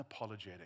unapologetic